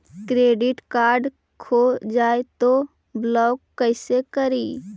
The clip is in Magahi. क्रेडिट कार्ड खो जाए तो ब्लॉक कैसे करी?